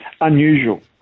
Unusual